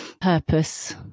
purpose